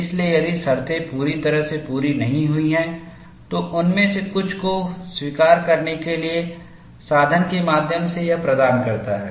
इसलिए यदि शर्तें पूरी तरह से पूरी नहीं हुई हैं तो उनमें से कुछ को स्वीकार करने के लिए साधन के माध्यम से यह प्रदान करता है